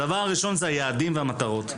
הדבר הראשון הוא היעדים והמטרות.